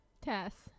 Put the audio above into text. Tess